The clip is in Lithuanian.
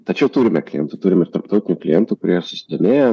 tačiau turime klientų turim ir tarptautinių klientų kurie susidomėję